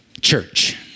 Church